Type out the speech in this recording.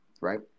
right